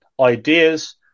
ideas